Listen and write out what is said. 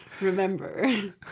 remember